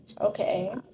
Okay